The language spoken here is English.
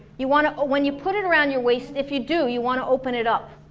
you wanna ah when you put it around your waist, if you do you want to open it up.